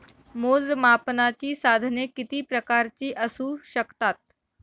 मोजमापनाची साधने किती प्रकारची असू शकतात?